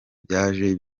byaje